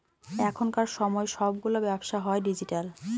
এখনকার সময় সবগুলো ব্যবসা হয় ডিজিটাল